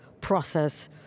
process